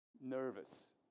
nervous